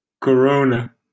corona